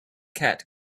cat